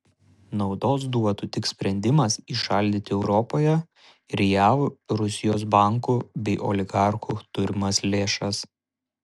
naudos duotų tik sprendimas įšaldyti europoje ir jav rusijos bankų bei oligarchų turimas lėšas